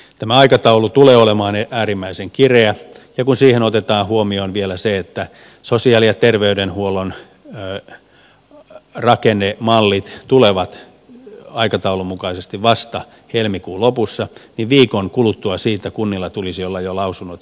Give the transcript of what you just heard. tämä aikataulu tulee olemaan äärimmäisen kireä ja kun siinä otetaan huomioon vielä se että sosiaali ja terveydenhuollon rakennemallit tulevat aikataulun mukaisesti vasta helmikuun lopussa niin viikon kuluttua siitä kunnilla tulisi olla jo lausunnot valmiina